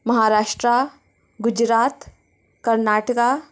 Maharashtra Gujarat Karnataka